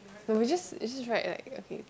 no we just we just write like okay